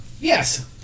Yes